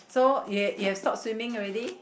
so you have you have stopped swimming already